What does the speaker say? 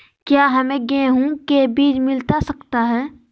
क्या हमे गेंहू के बीज मिलता सकता है?